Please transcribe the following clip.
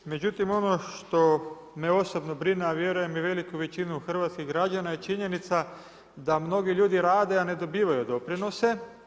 Međutim, ono što me osobno brine a vjerujem i veliku većinu hrvatskih građana je činjenica da mnogi ljudi rade a ne dobivaju doprinose.